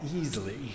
easily